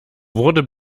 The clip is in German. wurde